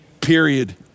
Period